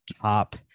top